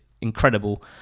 incredible